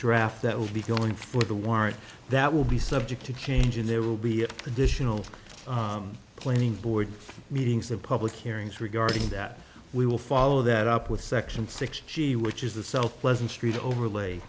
draft that will be going for the warrant that will be subject to change and there will be additional planning board meetings and public hearings regarding that we will follow that up with section sixty which is the self pleasant street overlay